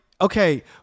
okay